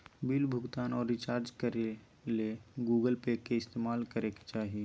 bill भुगतान आर recharge करे ले गूगल पे के इस्तेमाल करय के चाही